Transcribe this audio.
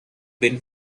been